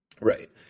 Right